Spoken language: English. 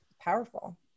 powerful